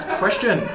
question